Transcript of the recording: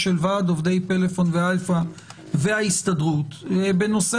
ועד עובדי פלאפון ואלפא וההסתדרות בנושא